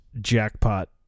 jackpot